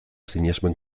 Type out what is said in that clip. sinesmen